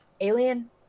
Alien